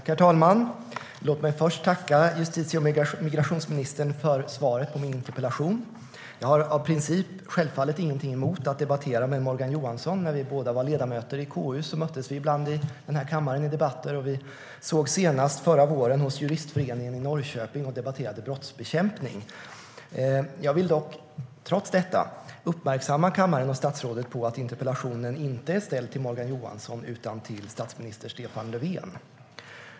Herr talman! Låt mig först tacka justitie och migrationsministern för svaret på min interpellation. Jag har av princip självfallet ingenting emot att debattera med Morgan Johansson. När vi båda var ledamöter i KU möttes vi ibland i debatter i kammaren, och vi sågs senast förra våren hos juristföreningen i Norrköping och debatterade brottsbekämpning. Jag vill trots detta uppmärksamma kammaren och statsrådet på att interpellationen inte är ställd till Morgan Johansson utan till statsminister Stefan Löfven.